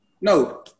No